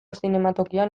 zinematokian